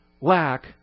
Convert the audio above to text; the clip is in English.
lack